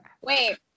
wait